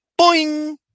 boing